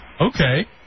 Okay